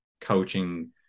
coaching